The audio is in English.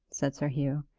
said sir hugh.